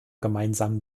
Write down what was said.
gemeinsamen